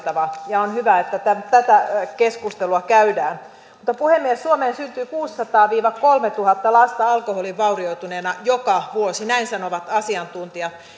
on arvioitava ja on hyvä että tätä tätä keskustelua käydään puhemies suomeen syntyy kuusisataa viiva kolmetuhatta lasta alkoholista vaurioituneena joka vuosi näin sanovat asiantuntijat